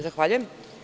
Zahvaljujem.